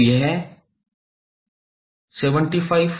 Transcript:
तो यह 75cos260𝜋𝑡 निकला